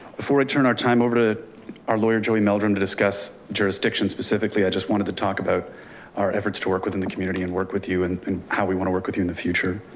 before i turn our time over to our lawyer, joey meldrum to discuss jurisdiction specifically. i just wanted to talk about our efforts to work within the community and work with you and how we want to work with you in the future.